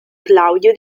claudio